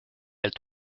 elle